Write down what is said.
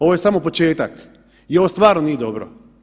Ovo je samo početak i ovo stvarno nije dobro.